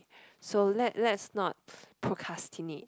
so let let's no procrastinate